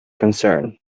concern